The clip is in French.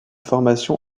formation